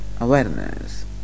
awareness